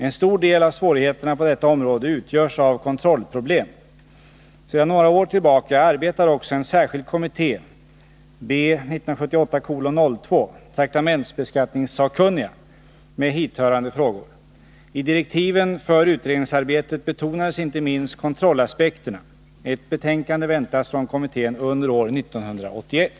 En stor del av svårigheterna på detta område utgörs av kontrollproblem. Sedan några år tillbaka arbetar också en särskild kommitté B 1978:02, traktamentsbeskattningssakkunniga, med hithörande frågor. I direktiven för utredningsarbetet betonades inte minst kontrollaspekterna. Ett betänkande väntas från kommittén under år 1981.